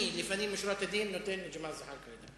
אני, לפנים משורת הדין, נותן לג'מאל זחאלקה לדבר.